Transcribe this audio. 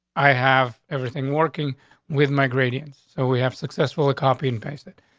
i have everything working with my grady in, so we have successful a copy and paste it.